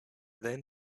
then